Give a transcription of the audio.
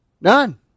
None